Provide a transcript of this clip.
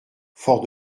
fort